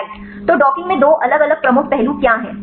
right तो docking में दो अलग अलग प्रमुख पहलू क्या हैं